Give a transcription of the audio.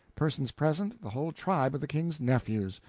persons present, the whole tribe of the king's nephews.